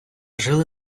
жили